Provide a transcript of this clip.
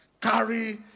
Carry